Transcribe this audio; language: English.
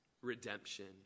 redemption